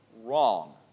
wrong